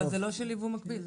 אבל זה לא של ייבוא מקביל.